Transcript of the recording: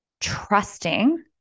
trusting